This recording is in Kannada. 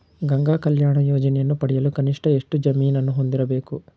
ಗಂಗಾ ಕಲ್ಯಾಣ ಯೋಜನೆಯನ್ನು ಪಡೆಯಲು ಕನಿಷ್ಠ ಎಷ್ಟು ಜಮೀನನ್ನು ಹೊಂದಿರಬೇಕು?